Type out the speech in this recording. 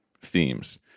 themes